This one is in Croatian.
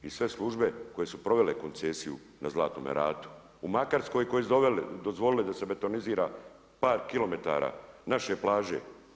I sve službe koje su provele koncesiju na Zlatnome ratu, u Makarskoj koje su dozvolite da se betonizira par kilometara naše plaže.